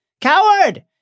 Coward